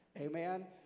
Amen